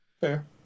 Fair